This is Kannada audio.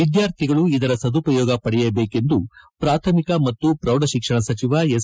ವಿದ್ಯಾರ್ಥಿಗಳು ಇದರ ಸದುಪಯೋಗ ಪಡೆಯಬೇಕೆಂದು ಪ್ರಾಥಮಿಕ ಮತ್ತು ಪ್ರೌಢಶಿಕ್ಷಣ ಸಚಿವ ಎಸ್